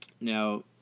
Now